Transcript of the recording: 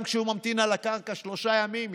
גם כשהוא ממתין על הקרקע שלושה ימים,